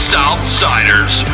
Southsiders